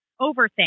overthink